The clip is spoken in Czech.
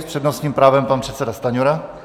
S přednostním právem pan předseda Stanjura.